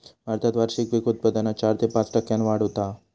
भारतात वार्षिक पीक उत्पादनात चार ते पाच टक्क्यांन वाढ होता हा